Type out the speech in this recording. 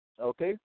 okay